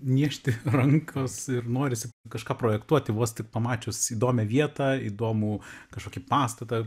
niežti rankos ir norisi kažką projektuoti vos tik pamačius įdomią vietą įdomų kažkokį pastatą